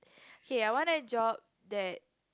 K I want a job that